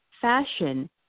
fashion